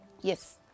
Yes